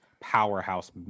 powerhouse